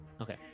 Okay